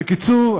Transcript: בקיצור,